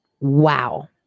Wow